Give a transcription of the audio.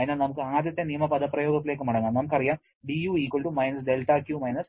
അതിനാൽ നമുക്ക് ആദ്യത്തെ നിയമപദപ്രയോഗത്തിലേക്ക് മടങ്ങാം നമുക്ക് അറിയാം dU - δQ -